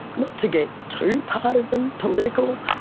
not to get too partisan political,